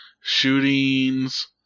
Shootings